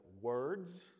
words